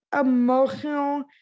emotional